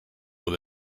with